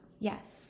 Yes